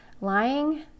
Lying